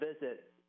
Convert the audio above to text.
visit